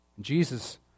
Jesus